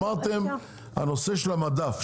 אמרתם שהנושא של המדף,